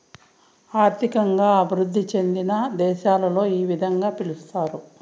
ఆర్థికంగా అభివృద్ధి చెందిన దేశాలలో ఈ విధంగా పిలుస్తారు